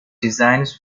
designs